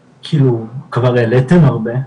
כאילו, כבר העליתם הרבה.